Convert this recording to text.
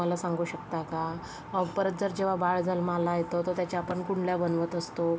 मला सांगू शकता का परत जर जेव्हा बाळ जन्माला येतं तर त्याच्या आपण कुंडल्या बनवत असतो